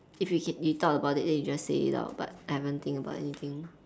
if you can thought about it then you can just say it out but I haven't think about anything